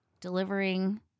delivering